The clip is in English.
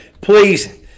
please